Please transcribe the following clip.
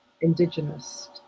indigenous